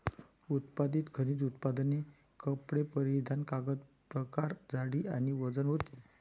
उत्पादित खनिज उत्पादने कपडे परिधान कागद प्रकार जाडी आणि वजन होते